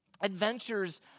Adventures